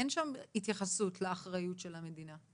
אין התייחסות לאחריות של המדינה.